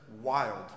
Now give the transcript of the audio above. wild